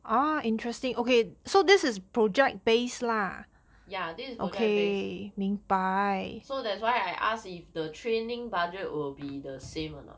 ya this is project based so that's why I ask if the training budget will be the same or not